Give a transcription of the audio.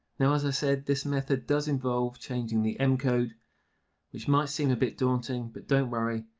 now as i said, this method does involve changing the m-code which might seem a bit daunting but don't worry,